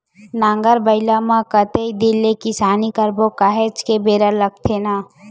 नांगर बइला म कतेक दिन ले किसानी करबो काहेच के बेरा लगथे न